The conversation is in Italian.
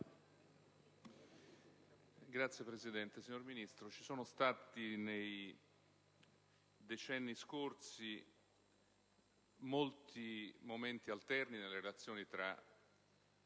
Signora Presidente, signor Ministro, colleghi, ci sono stati nei decenni scorsi molti momenti alterni nelle relazioni tra